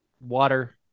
water